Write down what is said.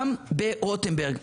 גם ברוטנברג.